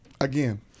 Again